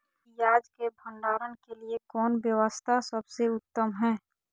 पियाज़ के भंडारण के लिए कौन व्यवस्था सबसे उत्तम है?